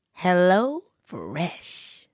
HelloFresh